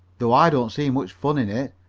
though i don't see much fun in it.